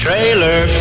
Trailer